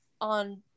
on